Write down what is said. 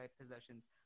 possessions